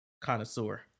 connoisseur